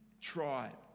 tribe